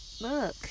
Look